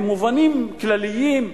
במובנים כלליים,